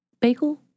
bagel